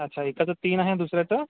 अच्छा एकाचं तीन आहे आणि दुसऱ्याचं